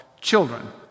children